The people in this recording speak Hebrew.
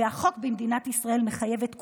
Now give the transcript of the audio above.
והחוק במדינת ישראל מחייב את כולם,